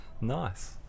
Nice